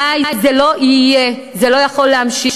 די, זה לא יהיה, זה לא יכול להימשך.